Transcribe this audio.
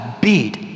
beat